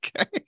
Okay